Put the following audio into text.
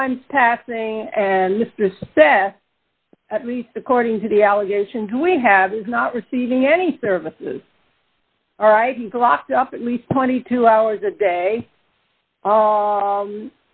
time passing and this at least according to the allegations we have is not receiving any services all right the locked up at least twenty two hours a day